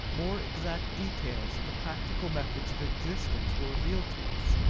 more exact details of the practical methods of existence were revealed to us.